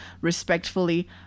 Respectfully